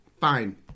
fine